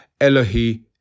Elohi